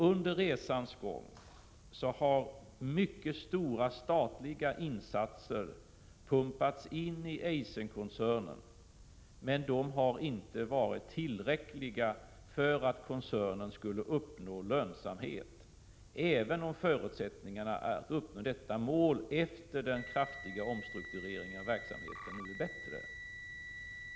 Under resans gång har mycket stora statliga insatser gjorts i Eiserkoncernen, men de har inte varit tillräckliga för att koncernen skulle uppnå lönsamhet, även om förutsättningarna att uppnå detta mål nu är bättre efter den kraftiga omstruktureringen av verksamheten.